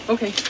Okay